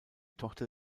tochter